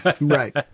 right